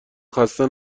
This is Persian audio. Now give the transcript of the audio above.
خسته